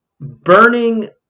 Burning